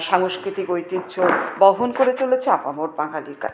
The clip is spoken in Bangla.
সাংস্কৃতিক ঐতিহ্য বহন করে চলেছে আপামর বাঙালির কাছে